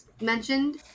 mentioned